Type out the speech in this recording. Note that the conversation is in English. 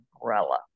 umbrella